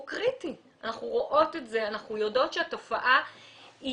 אנחנו רואות את זה, אנחנו יודעות שהתופעה היא